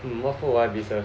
what food will I be served